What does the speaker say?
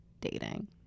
dating